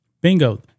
bingo